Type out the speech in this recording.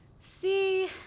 See